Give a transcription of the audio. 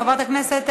חברת הכנסת,